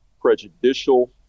prejudicial